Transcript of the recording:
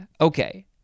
Okay